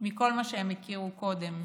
מכל מה שהן הכירו קודם,